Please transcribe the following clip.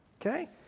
Okay